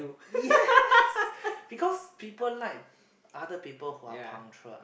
yes because people like other people who are punctual